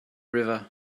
river